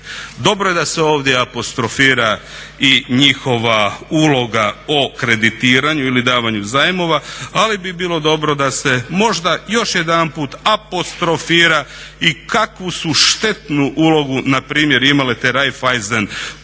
Dobro je da se ovdje apostrofira i njihova uloga o kreditiranju ili davanju zajmova, ali bi bilo dobro da se možda još jedanput apostrofira i kakvu su štetnu ulogu npr. imale te Raiffeisen …